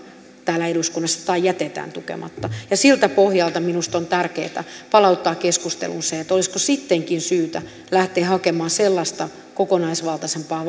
täällä eduskunnassa tai jätetään tukematta ja siltä pohjalta minusta on tärkeää palauttaa keskusteluun se olisiko sittenkin syytä lähteä hakemaan sellaista kokonaisvaltaisempaa